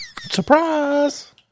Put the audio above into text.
Surprise